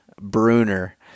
Bruner